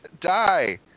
Die